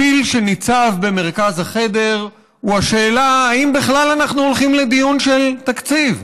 הפיל שניצב במרכז החדר הוא השאלה אם בכלל אנחנו הולכים לדיון של תקציב,